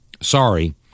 Sorry